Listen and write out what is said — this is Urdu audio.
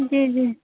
جی جی